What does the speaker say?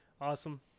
Awesome